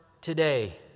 today